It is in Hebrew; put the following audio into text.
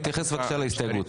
להתייחס בבקשה להסתייגות.